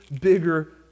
bigger